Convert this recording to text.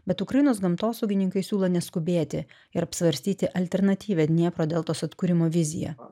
bet ukrainos gamtosaugininkai siūlo neskubėti ir apsvarstyti alternatyvią dniepro deltos atkūrimo viziją